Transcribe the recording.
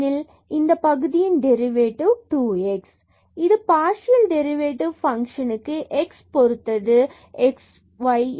Atxy≠00 fxxy x2y2sin 1x2y2 122xx2y2322xcos 1x2y2 sin 1x2y2 xx2y22xcos 1x2y2 இது partial derivative ஃபங்ஷனுக்கு x பொருத்தது x y எனும் புள்ளியில் ஆகும்